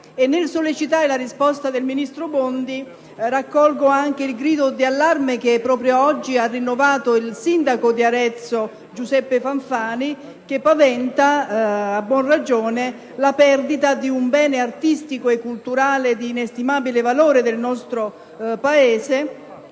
Nel sollecitare la risposta del ministro Bondi, raccolgo anche il grido di allarme che proprio oggi ha rinnovato il sindaco di Arezzo, Giuseppe Fanfani, che paventa, a buona ragione, la perdita di un bene artistico e culturale del nostro Paese